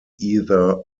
either